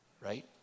right